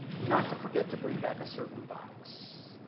not to forget to bring back a certain box.